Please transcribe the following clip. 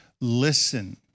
Listen